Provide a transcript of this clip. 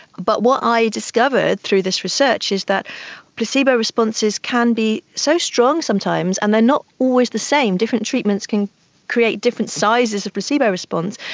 but what i discovered through this research is that placebo responses can be so strong sometimes and they are not always the same, different treatments can create different sizes of placebo response.